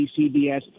CBS